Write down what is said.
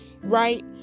right